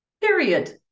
Period